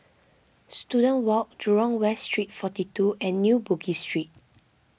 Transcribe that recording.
Student Walk Jurong West Street forty two and New Bugis Street